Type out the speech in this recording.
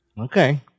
Okay